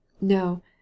No